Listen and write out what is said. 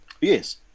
yes